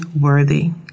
worthy